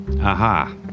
Aha